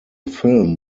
film